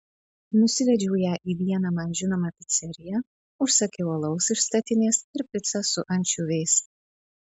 nusivedžiau ją į vieną man žinomą piceriją užsakiau alaus iš statinės ir picą su ančiuviais